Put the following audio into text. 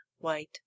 white